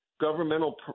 Governmental